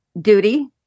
duty